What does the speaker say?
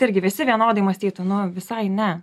irgi visi vienodai mąstytų nu visai ne